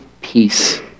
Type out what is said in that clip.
peace